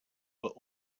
were